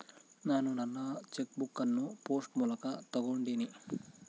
ನಾನು ನನ್ನ cheque book ಅನ್ನು ಪೋಸ್ಟ್ ಮೂಲಕ ತೊಗೊಂಡಿನಿ